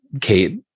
Kate